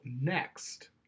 next